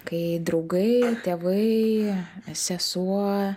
kai draugai tėvai sesuo